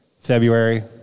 February